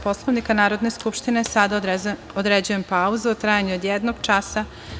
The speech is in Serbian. Poslovnika Narodne skupštine, sada određujem pauzu u trajanju od jednog časa.